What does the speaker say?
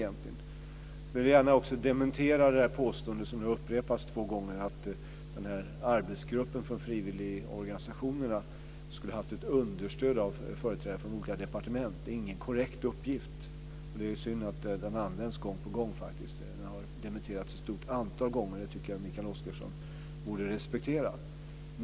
Jag vill också dementera det påstående som nu har upprepats två gånger, att arbetsgruppen för frivilligorganisationerna skulle ha haft ett understöd av företrädare från olika departement. Det är ingen korrekt uppgift, och det är synd att den används gång på gång. Den har dementerats ett stort antal gånger, och det borde Mikael Oscarsson respektera.